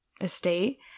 estate